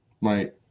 Right